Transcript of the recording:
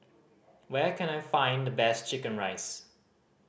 where can I find the best chicken rice